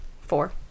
Four